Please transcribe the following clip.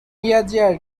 yeager